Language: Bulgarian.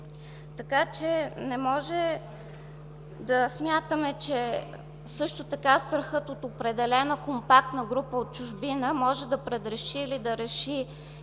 чужбина. Не може да смятаме, че страхът от определена компактна група от чужбина може да предреши или да реши